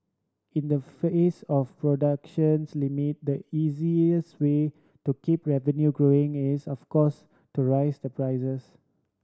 in the face of productions limit the easiest way to keep revenue growing is of course to raise the prices